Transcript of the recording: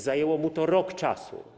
Zajęło mu to rok czasu.